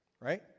right